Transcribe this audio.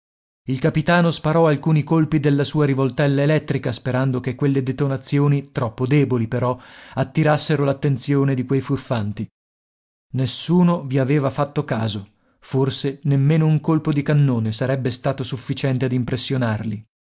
il capitano sparò alcuni colpi della sua rivoltella elettrica sperando che quelle detonazioni troppo deboli però attirassero l'attenzione di quei furfanti nessuno vi aveva fatto caso forse nemmeno un colpo di cannone sarebbe stato sufficiente ad impressionarli